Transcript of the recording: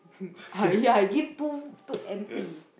ah ya I give two two empty